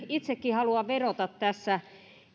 itsekin haluan vedota tässä erityisesti